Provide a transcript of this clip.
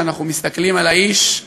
כשאנחנו מסתכלים על האיש,